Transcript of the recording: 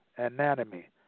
anatomy